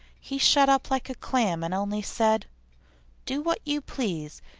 he shut up like a clam and only said do what you please.